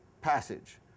passage